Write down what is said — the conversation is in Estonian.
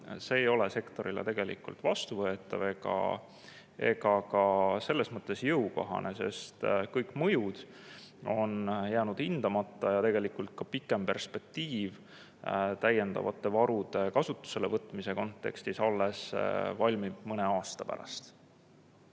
ei ole sektorile tegelikult vastuvõetav ega ka jõukohane. Kõik mõjud on jäänud hindamata ja tegelikult ka pikem perspektiiv täiendavate varude kasutusele võtmise kontekstis valmib alles mõne aasta